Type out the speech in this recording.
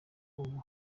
ubu